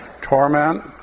torment